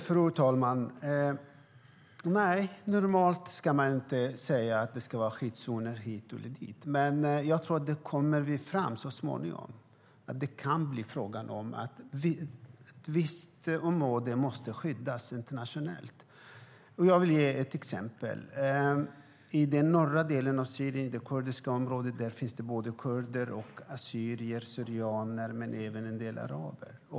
Fru talman! Nej, normalt ska man inte säga att det ska vara skyddszoner hit eller dit. Men jag tror att det så småningom kan bli fråga om att ett visst område måste skyddas internationellt. Jag vill ge ett exempel. I den norra delen av Syrien i det kurdiska området finns det kurder, assyrier/syrianer och även en del araber.